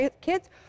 kids